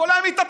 הכול היה מתהפך,